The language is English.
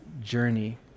journey